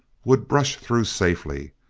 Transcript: would brush through safely,